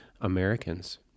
Americans